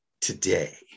today